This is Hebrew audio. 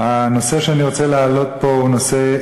הנושא שאני רוצה להעלות פה הוא נושא,